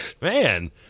Man